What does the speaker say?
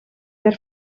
per